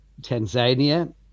Tanzania